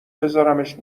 بذارمش